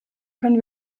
können